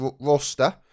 roster